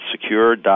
secure